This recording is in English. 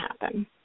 happen